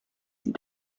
sie